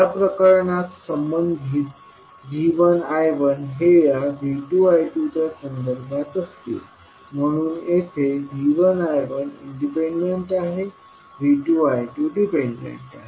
या प्रकरणात संबंधित V1 I1 हे या V2 I2 च्या संदर्भात असतील म्हणून येथे V1 I1 इंडिपेंडंट आहे V2 I2 डिपेंडंट आहे